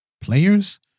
players